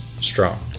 strong